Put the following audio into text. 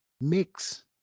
mix